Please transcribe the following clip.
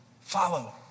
follow